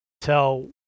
tell